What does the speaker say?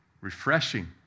Refreshing